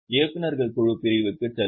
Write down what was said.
இயக்குநர்கள் குழு பிரிவுக்குச் செல்லவும்